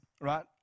right